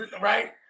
Right